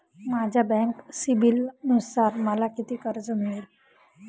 माझ्या बँक सिबिलनुसार मला किती कर्ज मिळेल?